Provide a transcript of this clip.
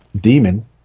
demon